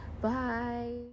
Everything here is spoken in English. bye